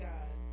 God